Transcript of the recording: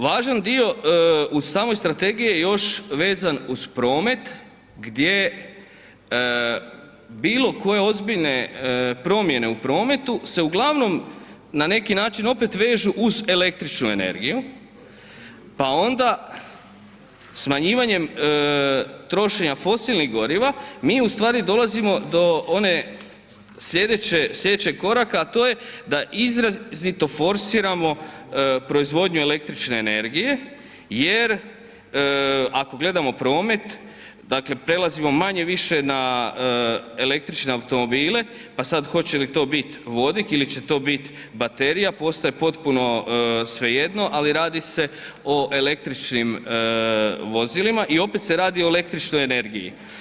Važan dio u samoj strategiji je još vezan uz promet gdje bilokoje ozbiljne promjene u prometu se uglavnom na neki način opet vežu uz električnu energiju pa onda smanjivanjem trošenja fosilnih goriva, mi ustvari dolazimo do onog slijedećeg koraka a to je da izrazito forsiramo proizvodnju električne energije jer ako gledamo promet, dakle prelazimo manje-više na električne automobile pa sad hoće li to bit vodik ili će to biti baterija, postaje potpuno svejedno ali radi se o električnim vozilima i opet se radi o električnoj energiji.